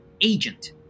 agent